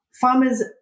Farmers